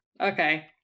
Okay